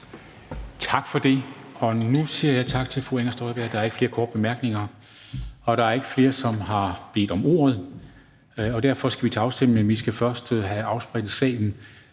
Dam Kristensen): Nu siger jeg tak til fru Inger Støjberg. Der er ikke flere korte bemærkninger. Der er ikke flere, som har bedt om ordet, og derfor skal vi til afstemning, men vi skal først have afsprittet salen.